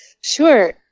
Sure